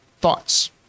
thoughts